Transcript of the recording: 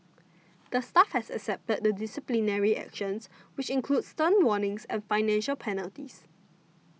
the staff has accepted the disciplinary actions which include stern warnings and financial penalties